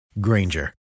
Granger